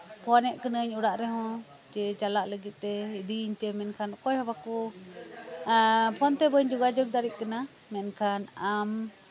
phone ᱮᱜ ᱠᱟᱱᱟᱧ ᱚᱲᱟᱜ ᱨᱮᱦᱚᱸ ᱡᱮ ᱪᱟᱞᱟᱜ ᱞᱟᱹᱜᱤᱫᱛᱮ ᱤᱫᱤᱧ ᱯᱮ ᱢᱮᱱᱠᱷᱟᱱ ᱚᱠᱚᱭᱦᱚᱸ ᱵᱟᱠᱚ ᱮᱜ ᱯᱷᱳᱱ ᱛᱮ ᱵᱟᱹᱧ ᱡᱳᱜᱟᱡᱳᱜᱽ ᱫᱟᱲᱮᱭᱟᱜ ᱠᱟᱱᱟ ᱢᱮᱱᱠᱷᱟᱱ ᱟᱢ